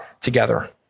together